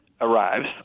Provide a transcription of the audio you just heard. arrives